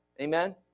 Amen